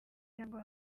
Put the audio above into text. cyangwa